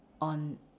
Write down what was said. on